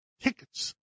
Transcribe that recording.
tickets